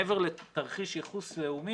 מעבר לתרחיש ייחוס לאומי,